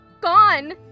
gone